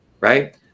right